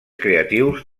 creatius